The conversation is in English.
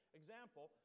example